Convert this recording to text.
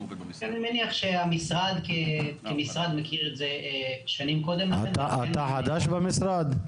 אני מניח שהמשרד כמשרד מכיר את זה שנים קודם לכן --- אתה חדש במשרד?